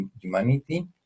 humanity